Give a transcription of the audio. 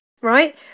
right